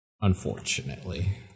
Unfortunately